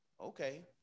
okay